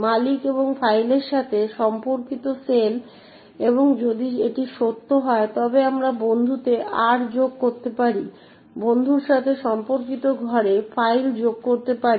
মালিক এবং ফাইলের সাথে সম্পর্কিত সেল এবং যদি এটি সত্য হয় তবে আমরা বন্ধুতে R যোগ করতে পারি বন্ধুর সাথে সম্পর্কিত ঘরে ফাইল যোগ করতে পারি